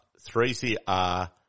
3CR